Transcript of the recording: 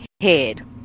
head